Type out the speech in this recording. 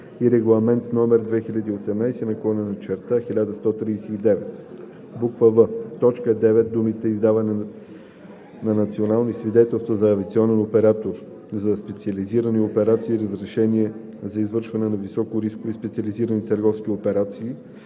и Регламент (ЕС) № 2018/1139;“ в) в т. 9 думите „издаване на национални свидетелства за авиационен оператор за специализирани операции и разрешения за извършване на високорискови специализирани търговски операции“